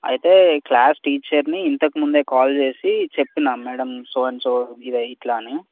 అయితే క్లాస్ టీచర్ని ఇంతకముందు కాల్ చేసి చెప్పిన మేడం సో అండ్ సో ఇది ఇట్లా అని